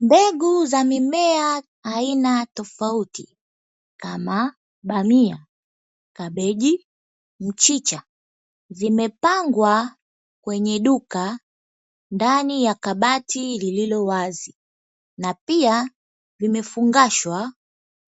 Mbegu za mimea aina tofauti kama bamia, kabeji, mchicha zimepangwa kwenye duka ndani ya kabati lililo wazi na pia vimefungashwa